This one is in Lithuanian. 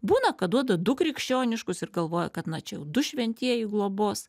būna kad duoda du krikščioniškus ir galvoja kad na čia jau du šventieji globos